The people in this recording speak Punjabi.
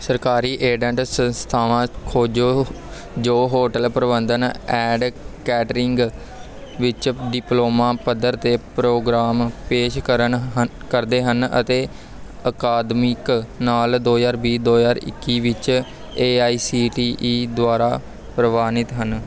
ਸਰਕਾਰੀ ਏਡੰਡ ਸੰਸਥਾਵਾਂ ਖੋਜੋ ਜੋ ਹੋਟਲ ਪ੍ਰਬੰਧਨ ਐਂਡ ਕੈਟਰਿੰਗ ਵਿੱਚ ਡਿਪਲੋਮਾ ਪੱਧਰ ਦੇ ਪ੍ਰੋਗਰਾਮ ਪੇਸ਼ ਕਰਨ ਹ ਕਰਦੇ ਹਨ ਅਤੇ ਅਕਾਦਮਿਕ ਸਾਲ ਦੋ ਹਜ਼ਾਰ ਵੀਹ ਦੋ ਹਜ਼ਾਰ ਇੱਕੀ ਵਿੱਚ A I C T E ਦੁਆਰਾ ਪ੍ਰਵਾਨਿਤ ਹਨ